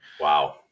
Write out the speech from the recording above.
Wow